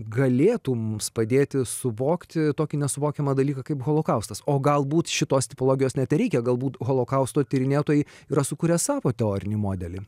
galėtų mums padėti suvokti tokį nesuvokiamą dalyką kaip holokaustas o galbūt šitos tipologijos net reikia galbūt holokausto tyrinėtojai yra sukūrę savo teorinį modelį